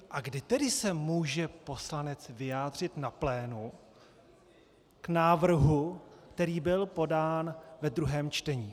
A kdy tedy se může poslanec vyjádřit na plénu k návrhu, který byl podán ve druhém čtení?